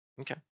Okay